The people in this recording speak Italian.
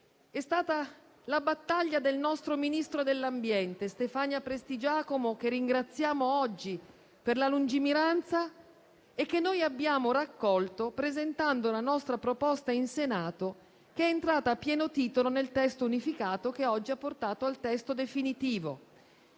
È stata la battaglia del nostro ministro dell'ambiente Stefania Prestigiacomo, che ringraziamo oggi per la lungimiranza; noi abbiamo raccolto tale battaglia, presentando la nostra proposta in Senato, che è entrata a pieno titolo nel testo unificato che oggi ha portato al testo definitivo.